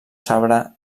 sabre